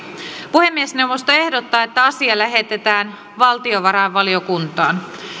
puhemiesneuvosto ehdottaa että asia lähetetään valtiovarainvaliokuntaan